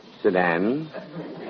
Sedan